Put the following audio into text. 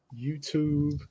YouTube